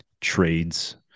trades